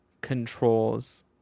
controls